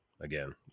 again